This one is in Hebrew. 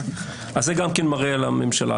זה גם מראה על הממשלה.